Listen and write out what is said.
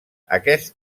aquest